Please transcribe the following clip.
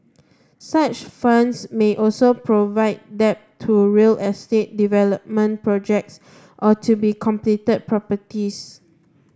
such funds may also provide debt to real estate development projects or to completed properties